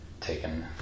taken